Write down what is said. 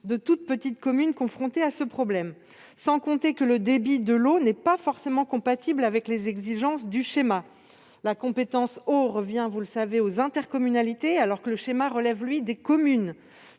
de très petites communes confrontées à ce problème. Sans compter, d'ailleurs, que le débit d'eau n'est pas forcément compatible avec les exigences du schéma. La compétence « eau » revient aux intercommunalités alors que le schéma relève, lui, des communes.